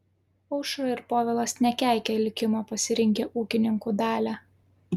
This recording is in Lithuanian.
aušra ir povilas nekeikia likimo pasirinkę ūkininkų dalią